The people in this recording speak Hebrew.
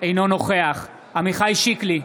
אינו נוכח עמיחי שיקלי,